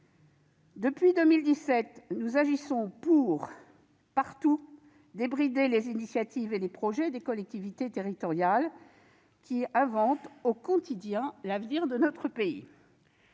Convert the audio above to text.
Depuis 2017, nous agissons pour, partout, débrider les initiatives et les projets des collectivités territoriales qui inventent, au quotidien, l'avenir de notre pays.